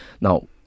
Now